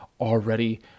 already